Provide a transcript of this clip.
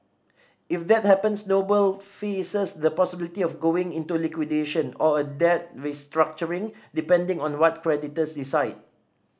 if that happens Noble faces the possibility of going into liquidation or a debt restructuring depending on what creditors decide